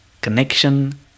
connection